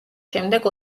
შემდეგ